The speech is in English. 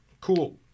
Cool